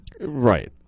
Right